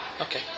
Okay